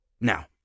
Now